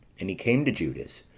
and he came to judas,